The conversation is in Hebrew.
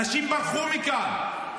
אנשים ברחו מכאן,